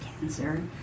cancer